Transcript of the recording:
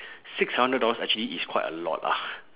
six hundred dollars actually is quite a lot ah